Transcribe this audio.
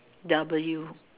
W